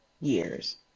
years